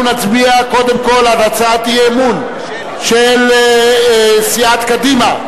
אנחנו נצביע קודם כול על הצעת האי-אמון של סיעת קדימה,